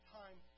time